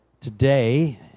Today